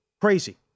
Crazy